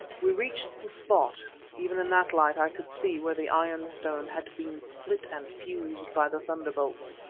we reached the spot even in that light i could see where the iron-stone had been split and fused by the thunderbolts.